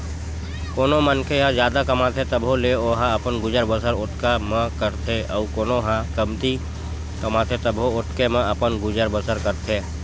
कोनो मनखे ह जादा कमाथे तभो ले ओहा अपन गुजर बसर ओतका म करथे अउ कोनो ह कमती कमाथे तभो ओतके म अपन गुजर बसर करथे